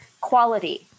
quality